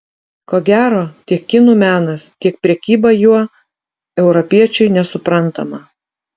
ko gero tiek kinų menas tiek prekyba juo europiečiui nesuprantama